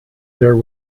there